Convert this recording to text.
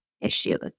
issues